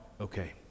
okay